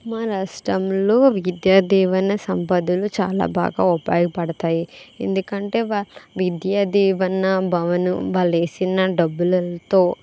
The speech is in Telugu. మా రాష్ట్రంలో విద్యా దీవెన సంపదలు చాలా బాగా ఉపాయపడతాయి ఎందుకంటే వా విద్యా దీవెన భవనం వాళ్ళు వేసిన డబ్బులు ఎంతో